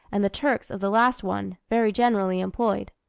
and the turks of the last one, very generally employed.